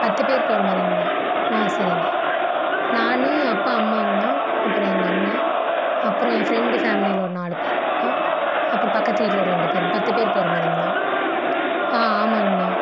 பத்து பேர் போகிற மாதிரிங்ண்ணா ஆ சரிங்க நானு அப்பா அம்மாங்ண்ணா அப்புறம் எங்கள்அண்ணன் அப்புறம் என் ஃப்ரெண்டு ஒரு நாலு பேருங்ண்ணா அப்புறம் பக்கத்து வீட்டில் ஒரு ரெண்டு பேருங்க பத்து பேர் போகிற மாரிங்ண்ணா ஆ ஆமாங்ண்ணா